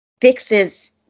fixes